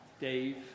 Dave